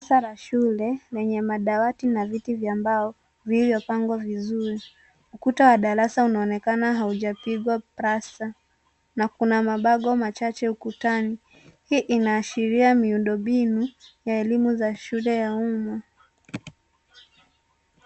Darasa la shule, lenye madawati na viti vya mbao viliyopangwa vizuri. Ukuta wa darasa unaonekana haujapigwa plasta, na kuna mabango machache ukutani. Hii inaashiria miundombinu ya elimu za shule ya umma.